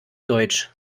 deutsch